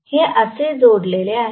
हे असे जोडलेले आहे